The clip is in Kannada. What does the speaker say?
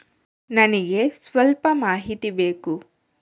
ನನಿಗೆ ಸ್ವಲ್ಪ ಮಾಹಿತಿ ಬೇಕು